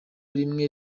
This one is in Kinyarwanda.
rimwe